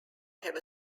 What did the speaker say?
have